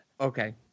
Okay